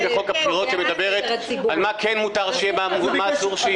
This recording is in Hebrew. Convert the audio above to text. בחוק הבחירות שמדברת על מה כן מותר שיהיה בה ומה אסור.